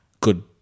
good